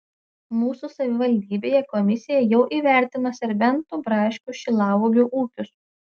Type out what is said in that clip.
mūsų savivaldybėje komisija jau įvertino serbentų braškių šilauogių ūkius